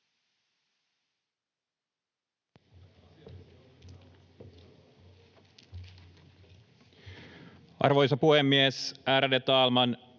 Arvoisa puhemies, ärade talman!